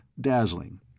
dazzling